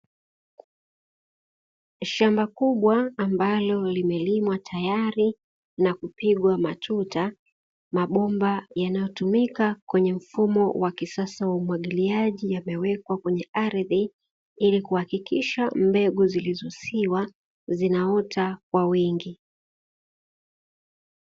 shamba kubwa ambalo limelimwa tayari na kupigwa matuta mabomba yanayotumika kwenye mfumo wa kisasa wa umwagiliaii, yamewekwa kwenye ardhi kuhakikisha mbegu zilizo siwa zinaota kwa wingi.